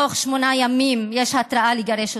תוך שמונה ימים יש התראה לגרש אותם,